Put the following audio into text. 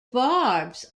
barbs